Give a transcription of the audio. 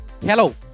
Hello